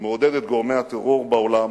שמעודד את גורמי הטרור בעולם